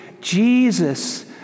Jesus